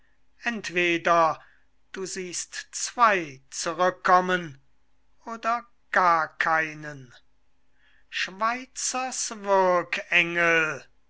entweder du siehst zwey zurückkommen oder gar keinen